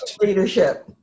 leadership